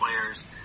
players